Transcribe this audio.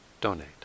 donate